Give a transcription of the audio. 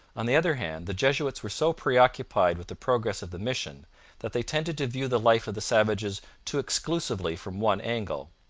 on the other hand, the jesuits were so preoccupied with the progress of the mission that they tended to view the life of the savages too exclusively from one angle.